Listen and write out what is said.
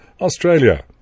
Australia